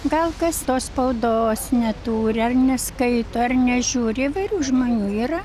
gal kas tos spaudos neturi ar neskaito ar nežiūri įvairių žmonių yra